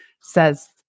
says